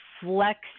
flex